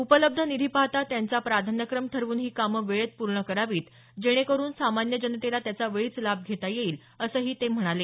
उपलब्ध निधी पाहता त्यांचा प्राधान्यक्रम ठरवून ही कामं वेळेत पूर्ण करावीत जेणे करून सामान्य जनतेला त्याचा वेळीच लाभ घेता येईल असंही ते म्हणाले